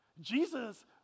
Jesus